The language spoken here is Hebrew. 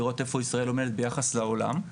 לראות איפה ישראל עומדת ביחס לעולם.